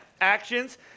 Actions